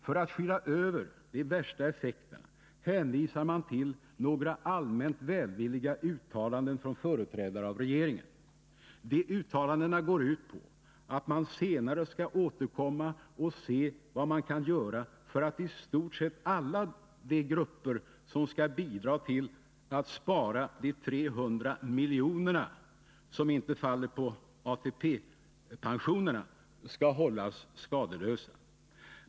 För att skyla över de värsta effekterna hänvisar man till några allmänt välvilliga uttalanden från företrädare för regeringen. De uttalandena går ut på att man senare skall återkomma och se vad man kan göra för att i stort sett alla de grupper, som skall bidra till att spara de 300 milj.kr. som inte faller på ATP-pensionerna, skall hållas skadeslösa.